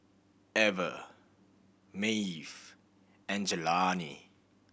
Ever Maeve and Jelani